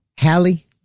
Hallie